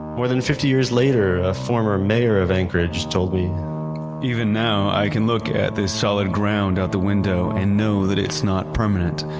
more than fifty years later, a former mayor of anchorage told me even now i can look at the solid ground out the window and know that it's not permanent.